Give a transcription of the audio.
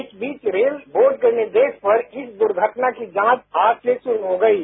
इस बीच rail board के निर्देश पर इस घटना की जांच आज से शुरू हो गई है